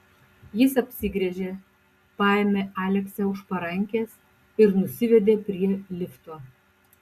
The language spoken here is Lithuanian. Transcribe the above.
jis apsigręžė paėmė aleksę už parankės ir nusivedė prie lifto